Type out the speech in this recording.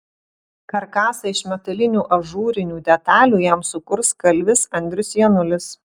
karkasą iš metalinių ažūrinių detalių jam sukurs kalvis andrius janulis